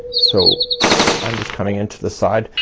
so i'm just coming in to the side.